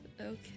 Okay